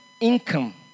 income